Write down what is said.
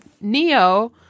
Neo